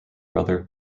brother